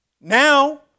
now